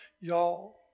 y'all